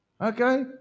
okay